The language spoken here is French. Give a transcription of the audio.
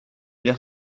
l’air